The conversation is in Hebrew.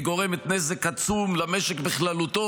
היא גורמת נזק עצום למשק בכללותו,